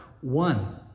one